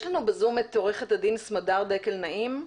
יש לנו בזום את עורכת הדין סמדר דקל נעים,